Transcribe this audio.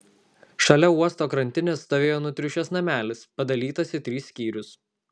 šalia uosto krantinės stovėjo nutriušęs namelis padalytas į tris skyrius